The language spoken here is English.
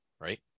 right